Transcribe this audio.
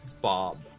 bob